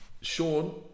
Sean